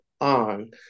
on